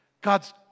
God's